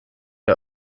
der